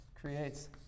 creates